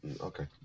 Okay